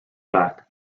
back